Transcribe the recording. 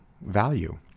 value